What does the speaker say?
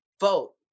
vote